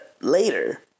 later